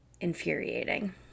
infuriating